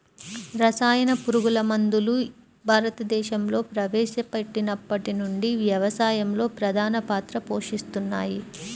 రసాయన పురుగుమందులు భారతదేశంలో ప్రవేశపెట్టినప్పటి నుండి వ్యవసాయంలో ప్రధాన పాత్ర పోషిస్తున్నాయి